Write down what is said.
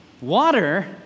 water